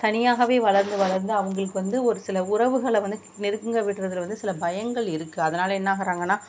தனியாகவே வளர்ந்து வளர்ந்து அவங்களுக்கு வந்து ஒரு சில உறவுகளை வந்து நெருங்கவிடுறதில் வந்து சில பயங்கள் இருக்குது அதனால் என்னாகிறாங்கன்னா